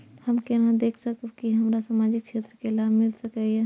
हम केना देख सकब के हमरा सामाजिक क्षेत्र के लाभ मिल सकैये?